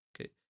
Okay